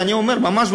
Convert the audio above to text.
ואני אומר ממש,